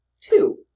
Two